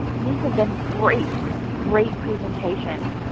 these have been great, great presentations.